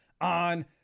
on